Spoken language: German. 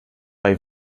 bei